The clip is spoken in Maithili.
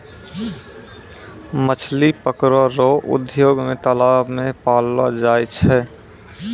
मछली पकड़ै रो उद्योग मे तालाब मे पाललो जाय छै